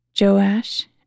Joash